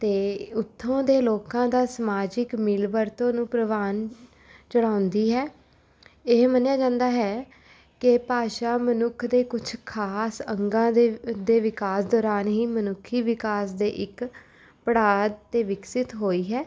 ਅਤੇ ਉੱਥੋਂ ਦੇ ਲੋਕਾਂ ਦਾ ਸਮਾਜਿਕ ਮਿਲ ਵਰਤੋਂ ਨੂੰ ਪ੍ਰਵਾਨ ਚੜ੍ਹਾਉਂਦੀ ਹੈ ਇਹ ਮੰਨਿਆ ਜਾਂਦਾ ਹੈ ਕਿ ਭਾਸ਼ਾ ਮਨੁੱਖ ਦੇ ਕੁਛ ਖਾਸ ਅੰਗਾਂ ਦੇ ਦੇ ਵਿਕਾਸ ਦੌਰਾਨ ਹੀ ਮਨੁੱਖੀ ਵਿਕਾਸ ਦੇ ਇੱਕ ਪੜਾਅ 'ਤੇ ਵਿਕਸਿਤ ਹੋਈ ਹੈ